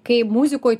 kai muzikoj